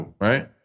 right